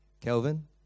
Kelvin